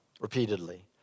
repeatedly